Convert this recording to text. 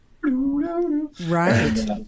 Right